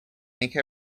make